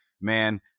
man